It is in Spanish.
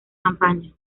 campaña